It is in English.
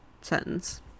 sentence